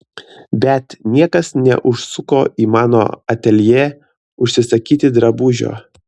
bet niekas neužsuko į mano ateljė užsisakyti drabužio